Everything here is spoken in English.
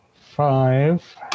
five